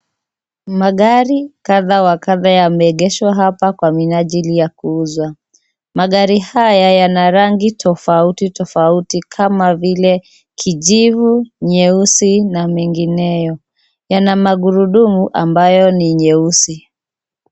Magari kadha wa kadha yameegeshwa hapa kwa minajili ya kuuzwa. Magari haya yana rangi tofauti tofauti kama vile kijivu nyeusi na mengineyo. Yana magurudumu ambayo ni nyeusi.